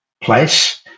place